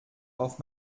auf